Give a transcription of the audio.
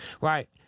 Right